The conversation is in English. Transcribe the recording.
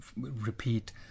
repeat